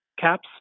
caps